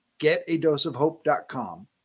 getadoseofhope.com